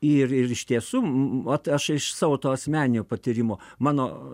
ir ir iš tiesų ot aš iš savo to asmeninio patyrimo mano